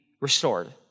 restored